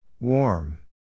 Warm